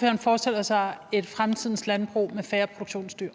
han forestiller sig et fremtidens landbrug med færre produktionsdyr.